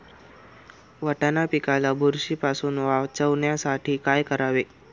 वाटाणा पिकाला बुरशीपासून वाचवण्यासाठी काय करावे?